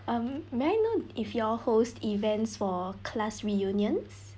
um may I know if you all host events for class reunions